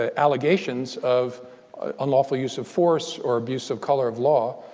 ah allegations of unlawful use of force or abuse of color of law.